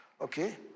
okay